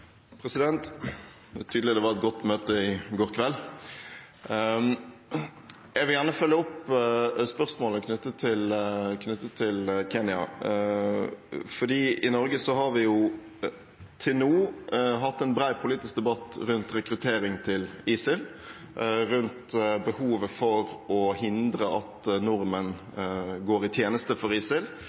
tydelig at det var et godt møte i går kveld. Jeg vil gjerne følge opp spørsmålet knyttet til Kenya, fordi i Norge har vi til nå hatt en bred politisk debatt rundt rekruttering til ISIL, rundt behovet for å hindre at nordmenn går i tjeneste for